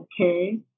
okay